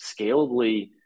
scalably